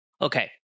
Okay